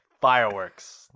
fireworks